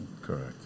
Correct